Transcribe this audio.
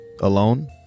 alone